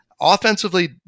offensively